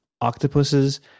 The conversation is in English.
octopuses